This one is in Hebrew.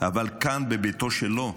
אבל כאן, בביתו שלו,